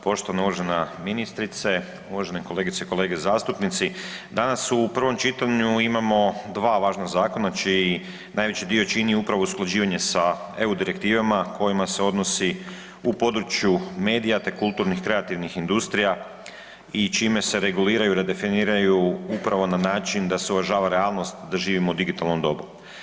Poštovana uvažena ministrice, uvažene kolegice i kolege zastupnici danas u prvom čitanju imamo dva važna zakona čiji najveći dio čini upravo usklađivanje sa EU direktivama kojima se odnosi u području medija te kulturnih kreativnih industrija i čime se reguliraju, redefiniraju upravo na način da se uvažava realnost da živimo u digitalnom dobu.